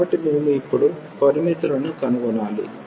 కాబట్టి మేము ఇప్పుడు పరిమితులను కనుగొనాలి